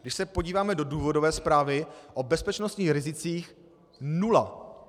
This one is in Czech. Když se podíváme do důvodové zprávy, o bezpečnostních rizicích nula.